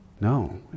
No